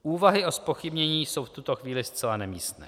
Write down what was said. Úvahy o zpochybnění jsou v tuto chvíli zcela nemístné.